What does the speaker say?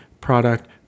product